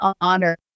honor